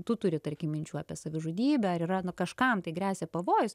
tu turi tarkim minčių apie savižudybę ar yra na kažkam tai gresia pavojus